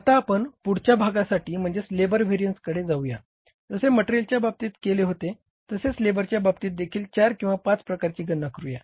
आता आपण पुढच्या भागासाठी म्हणजेच लेबर व्हेरिअन्सकडे जाऊया जसे मटेरियलच्या बाबतीत केले होते तसेच लेबरच्या बाबतीत देखील चार किंवा पाच प्रकारांची गणना करूया